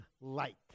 light